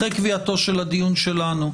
אחרי קביעתו של הדיון שלנו,